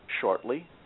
shortly